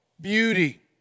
beauty